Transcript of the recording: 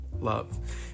love